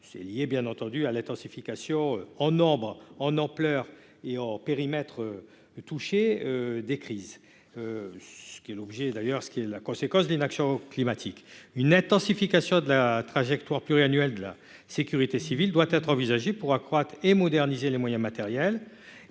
Sdis, pour faire face à l'intensification en nombre, en ampleur et en périmètre des crises, qui sont la conséquence de l'inaction climatique. Une intensification de la trajectoire pluriannuelle de la sécurité civile doit être envisagée pour accroître et moderniser les moyens matériels.